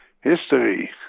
history